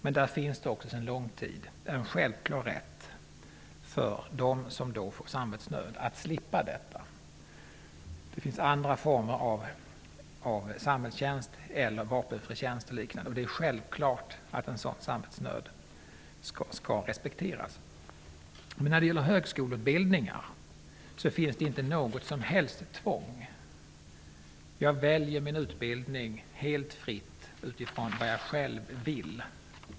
Men där finns också sedan lång tid en självklar rätt för dem som får samvetsnöd att slippa bära vapen. Det finns andra former av samhällstjänst eller vapenfri tjänst. Det är självklart att en sådan samvetsnöd skall respekteras. När det gäller högskoleutbildningar finns inte något som helst tvång. Jag väljer min utbildning helt fritt utifrån vad jag själv vill.